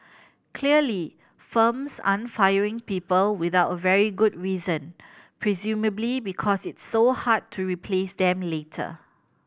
clearly firms aren't firing people without a very good reason presumably because it's so hard to replace them later